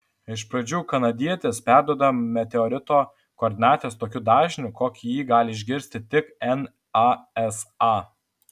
iš pradžių kanadietis perduoda meteorito koordinates tokiu dažniu kokiu jį gali išgirsti tik nasa